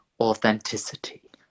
authenticity